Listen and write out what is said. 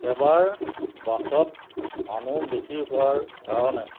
এবাৰ বাছত মানুহ বেছি হোৱাৰ কাৰণে